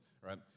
right